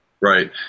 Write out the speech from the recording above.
Right